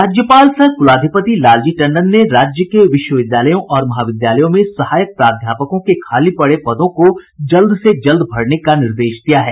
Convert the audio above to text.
राज्यपाल सह कुलाधिपति लालजी टंडन ने राज्य के विश्वविद्यालयों और महाविद्यालयों में सहायक प्राध्यापकों के खाली पड़े पदों को जल्द से जल्द भरने का निर्देश दिया है